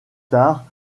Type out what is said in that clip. tard